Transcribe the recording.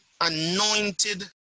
anointed